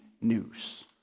news